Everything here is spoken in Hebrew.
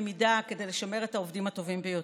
מידה כדי לשמר את העובדים הטובים ביותר.